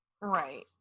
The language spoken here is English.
right